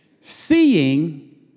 Seeing